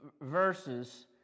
verses